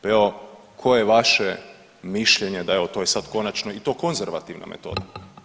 Pa evo koje je vaše mišljenje, da evo i to je sad konačno i to konzervativna metoda.